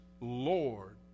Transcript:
Lord